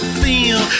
feel